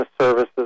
services